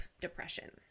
depression